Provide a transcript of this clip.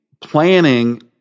planning